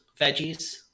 veggies